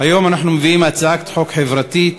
היום אנחנו מביאים הצעת חוק חברתית,